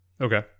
okay